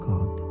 God